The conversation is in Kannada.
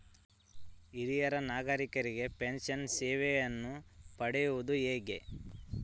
ಹಿರಿಯ ನಾಗರಿಕರಿಗೆ ಪೆನ್ಷನ್ ಸೇವೆಯನ್ನು ಪಡೆಯುವುದು ಹೇಗೆ?